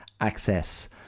access